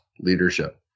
Leadership